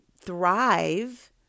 thrive